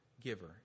giver